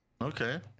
Okay